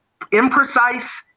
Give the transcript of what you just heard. imprecise